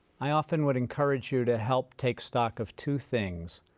i often would encourage you to help take stock of two things.